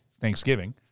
Thanksgiving